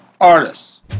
artists